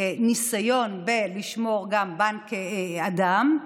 ניסיון בלשמור את בנק הדם,